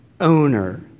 owner